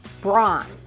bronze